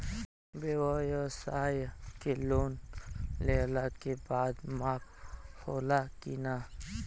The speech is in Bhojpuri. ब्यवसाय के लोन लेहला के बाद माफ़ होला की ना?